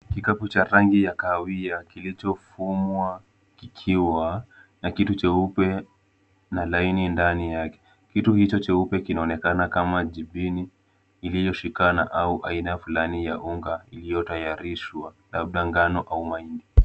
Kikapu cha rangi ya kahawia, kilichofumwa kikiwa na kitu cheupe na laini ndani yake. Kitu hicho cheupe kinaonekana kama jipini iliyoshikana au aina fulani ya unga iliyotayarishwa, labda ngano au mahindi.